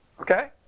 Okay